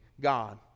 God